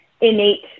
innate